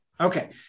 Okay